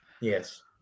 Yes